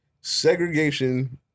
Segregation